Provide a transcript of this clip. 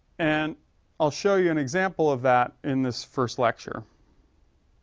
and all show you an example of that in this first lecture